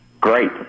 Great